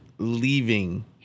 leaving